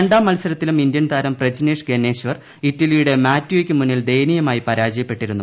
രണ്ടാം മത്സരത്തിലും ഇന്ത്യൻ താരം പ്രജ്നേഷ് ഗന്നേശ്വരൻ ഇറ്റലിയുടെ മാറ്റിയോയ്ക്ക് മുന്നിൽ ദയനീയമായി പരാജയപ്പെട്ടിരുന്നു